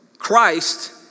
Christ